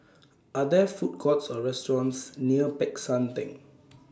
Are There Food Courts Or restaurants near Peck San Theng